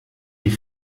die